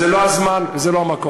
זה לא הזמן, זה לא המקום.